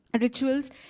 rituals